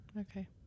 Okay